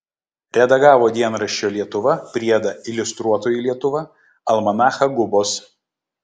redagavo dienraščio lietuva priedą iliustruotoji lietuva almanachą gubos